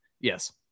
Yes